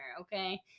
okay